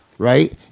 Right